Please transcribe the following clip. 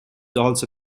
also